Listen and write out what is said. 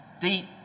deep